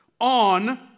on